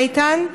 איתן?